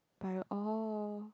I oh